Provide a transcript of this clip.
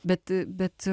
bet bet